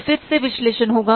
तो फिर से विश्लेषण होगा